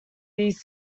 these